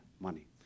money